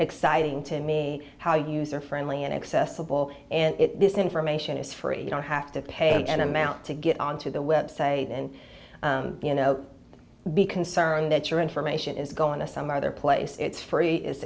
exciting to me how user friendly and accessible and this information is free you don't have to pay an amount to get onto the website and you know be concerned that your information is going to some other place it's free is